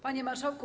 Panie Marszałku!